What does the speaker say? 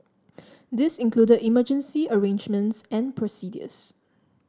this included emergency arrangements and procedures